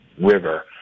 river